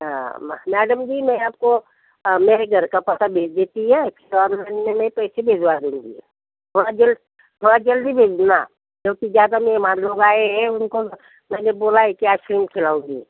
हाँ मैडम जी मैं आपको मेरे घर का पता भेज देती हूँ तो ऑनलाइन में मैं पैसे भिजवा दूँगी बहुत जल्द थोड़ा जल्दी भेज देना क्योंकि ज़्यादा मेहमान लोग आए हैं उनको मैंने बोला है कि आइसक्रीम खिलाऊँगी